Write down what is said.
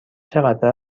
چقدر